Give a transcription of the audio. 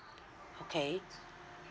okay